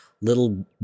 little